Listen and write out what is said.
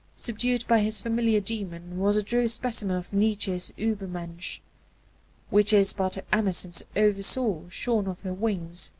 subdued by his familiar demon, was a true specimen of nietzsche's ubermensch which is but emerson's oversoul shorn of her wings.